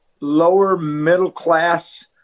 lower-middle-class